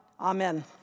Amen